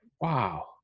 wow